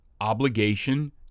obligation